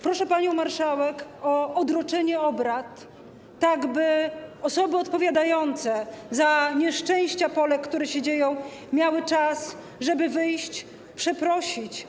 Proszę panią marszałek o odroczenie obrad, tak by osoby odpowiadające za nieszczęścia Polek, które się dzieją, miały czas, żeby wyjść, przeprosić.